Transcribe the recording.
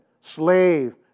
slave